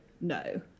no